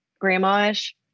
grandma-ish